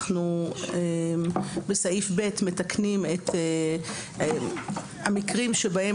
אנחנו בסעיף (ב) מתקנים את המקרים שבהם